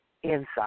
inside